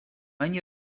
они